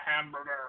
hamburger